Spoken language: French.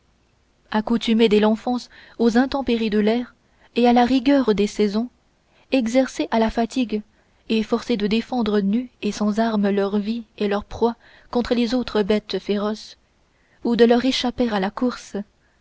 accoutumés dès l'enfance aux intempéries de l'air et à la rigueur des saisons exercés à la fatigue et forcés de défendre nus et sans armes leur vie et leur proie contre les autres bêtes féroces ou de leur échapper à la course